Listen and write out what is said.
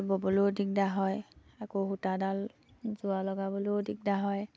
ব'বলৈও দিগদাৰ হয় আকৌ সূতাডাল যোৰা লগাবলেও দিগদাৰ হয়